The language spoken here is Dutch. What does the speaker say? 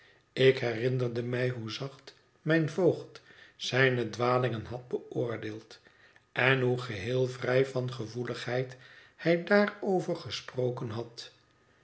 ik herinnerde mij hoe zacht mijn voogd zijne dwalingen had beoordeeld en hoe geheel vrij van gevoeligheid hij daarover gesproken had